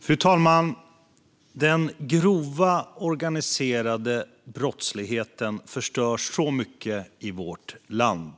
Fru talman! Den grova organiserade brottsligheten förstör så mycket i vårt land.